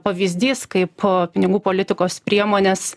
pavyzdys kaip pinigų politikos priemonės